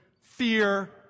fear